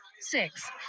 six